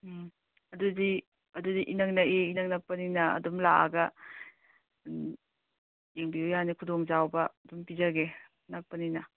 ꯎꯝ ꯑꯗꯨꯗꯤ ꯑꯗꯨꯗꯤ ꯏꯅꯛ ꯅꯛꯏ ꯏꯅꯛ ꯅꯛꯄꯅꯤꯅ ꯑꯗꯨꯝ ꯂꯥꯛꯑꯒ ꯎꯝ ꯌꯦꯡꯕꯤꯌꯨ ꯌꯥꯅꯤ ꯈꯨꯗꯣꯡꯆꯥꯕ ꯑꯗꯨꯝ ꯄꯤꯖꯒꯦ ꯅꯛꯄꯅꯤꯅ